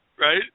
right